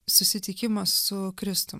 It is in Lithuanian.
susitikimas su kristum